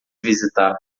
visitar